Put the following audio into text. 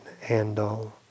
handle